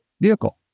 vehicle